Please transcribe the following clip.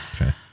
Okay